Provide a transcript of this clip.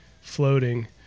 floating